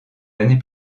années